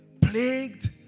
plagued